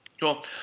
Cool